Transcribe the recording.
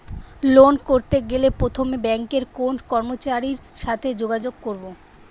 Loan করতে গেলে প্রথমে ব্যাঙ্কের কোন কর্মচারীর সাথে যোগাযোগ করব?